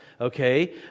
okay